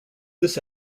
this